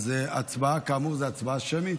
ההצבעה כאמור היא הצבעה שמית,